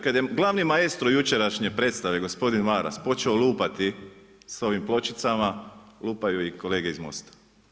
Kad je glavni maestro, jučerašnje predstave, gospodin Maras počeo lupati, s ovim pločicama, lupaju i kolege iz Mosta.